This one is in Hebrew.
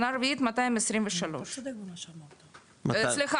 שנה רביעית 400. שנה